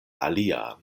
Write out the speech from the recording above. alia